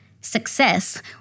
success